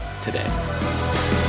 today